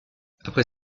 après